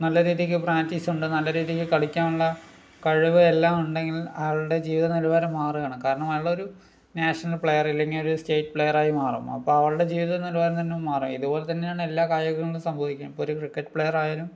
നല്ല രീതിക്ക് പ്രാക്റ്റീസൊണ്ട് നല്ല രീതിക്ക് കളിക്കാനുള്ള കഴിവ് എല്ലാം ഉണ്ടെങ്കിൽ ആൾടെ ജീവിതനിലവാരം മാറുവാണ് കാരണം ആൾടെയൊരു നാഷണൽ പ്ലയർ അല്ലെങ്കിൽ ഒരു സ്റ്റേറ്റ് പ്ലേയറായി മാറും അപ്പം അവരുടെ ജീവിതനിലവാരം തന്നെ മാറും ഇതുപോലെ തന്നെയാണ് എല്ലാ കായികങ്ങളും സംഭവിക്കുക ഇപ്പം ഒരു ക്രിക്കറ്റ് പ്ലെയറായാലും